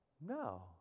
No